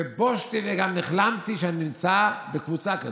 ובושתי וגם נכלמתי שאני נמצא בקבוצה כזאת.